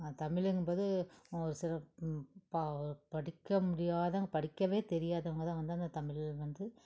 தமிழுங்கும் போது ஒரு சில ப படிக்க முடியாத படிக்க தெரியாதவங்க தான் வந்து அந்த தமிழ் வந்து